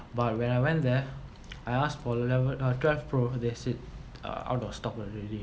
but when I went there I asked for level or draft bro this is out of stock